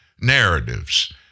narratives